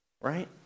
right